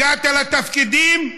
הגעת לתפקידים,